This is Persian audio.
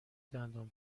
دندان